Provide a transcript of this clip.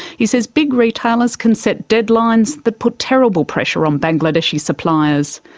he says big retailers can set deadlines that put terrible pressure on bangladeshi suppliers.